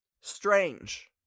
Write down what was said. strange